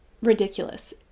ridiculous